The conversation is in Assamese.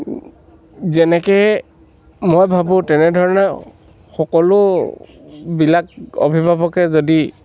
যেনেকৈ মই ভাবোঁ তেনেধৰণে সকলোবিলাক অভিভাৱকে যদি